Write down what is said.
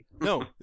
No